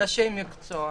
אנשי מקצוע.